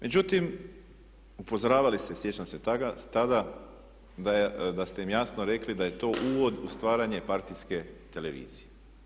Međutim, upozoravali ste sjećam se tada da ste im jasno rekli da je to uvod u stvaranje partijske televizije.